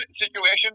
situation